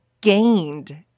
gained